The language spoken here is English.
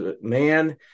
man